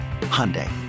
Hyundai